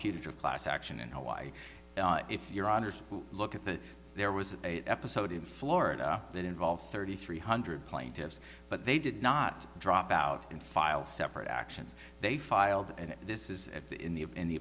of class action in hawaii if you're honest look at the there was a episode in florida that involved thirty three hundred plaintiffs but they did not drop out and file separate actions they filed and this is at the in the